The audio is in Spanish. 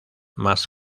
más